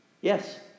Yes